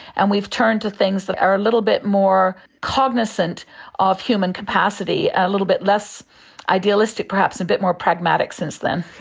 and we've turned to things that are a little bit more cognisant of human capacity, a little bit less idealistic perhaps, a and bit more pragmatic since then.